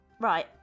Right